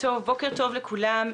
בוקר טוב לכולם,